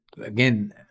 again